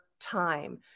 time